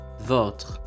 VOTRE